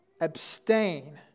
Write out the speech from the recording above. abstain